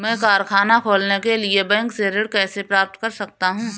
मैं कारखाना खोलने के लिए बैंक से ऋण कैसे प्राप्त कर सकता हूँ?